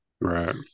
right